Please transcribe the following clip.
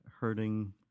hurting